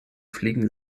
fliegen